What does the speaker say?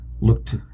looked